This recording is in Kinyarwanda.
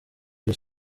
iri